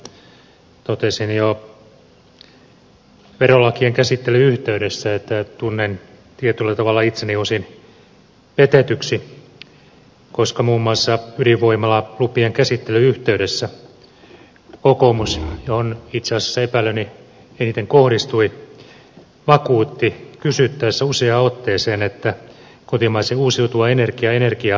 totesin jo verolakien käsittelyn yhteydessä että tunnen tietyllä tavalla itseni osin petetyksi koska muun muassa ydinvoimalalupien käsittelyn yhteydessä kokoomus johon itse asiassa epäilyni eniten kohdistui vakuutti kysyttäessä useaan otteeseen että kotimaisen uusiutuvan energian energiatukipaketti pitää